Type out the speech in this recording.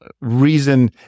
reason